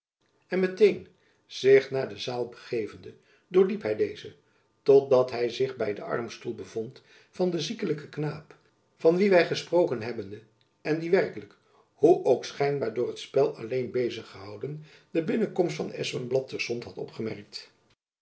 en met-een zich naar de zaal begevende doorliep hy deze tot dat by zich by den armstoel bevond van den ziekelijken knaap van wien wy gesproken hebbende en die werkelijk hoe ook schijnbaar door het jacob van lennep elizabeth musch spel alleen bezig gehouden de binnenkomst van van espenblad terstond had opgemerkt